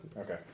Okay